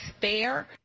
fair